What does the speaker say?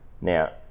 now